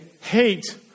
hate